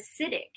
acidic